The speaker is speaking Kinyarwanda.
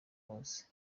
hose